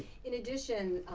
in addition,